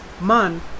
Man